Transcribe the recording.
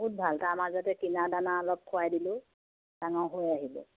বহুত ভাল তাৰ মাজতে কিনা দানা অলপ খোৱাই দিলোঁ ডাঙৰ হৈ আহিবো